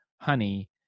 honey